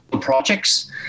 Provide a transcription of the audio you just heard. projects